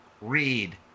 Read